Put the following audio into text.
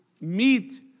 meet